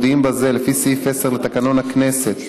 מודיעים בזה לפי סעיף 10 לתקנון הכנסת,